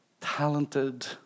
talented